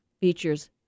features